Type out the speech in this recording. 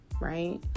Right